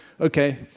Okay